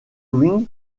wings